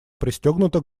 пристегнута